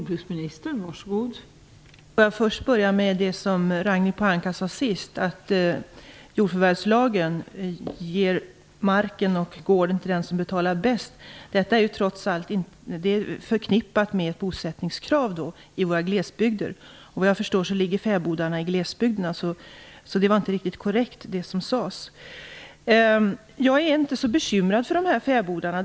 Fru talman! Jag börjar med det som Ragnhild Pohanka sade sist, dvs. att jordförvärvslagen ger marken och gården till den som betalar bäst. Förvärvstillstånd är trots allt förknippat med ett bosättningskrav i våra glesbygder, och såvitt jag förstår ligger fäbodarna i glesbygder. Det var inte riktigt korrekt det som sades. Jag är inte så bekymrad för dessa fäbodar.